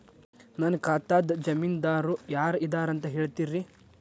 ನನ್ನ ಖಾತಾದ್ದ ಜಾಮೇನದಾರು ಯಾರ ಇದಾರಂತ್ ಹೇಳ್ತೇರಿ?